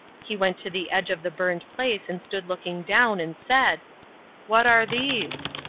he went to the edge of the burned place and stood looking down, and said what are these?